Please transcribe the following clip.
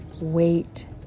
wait